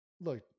look